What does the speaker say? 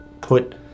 put